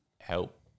help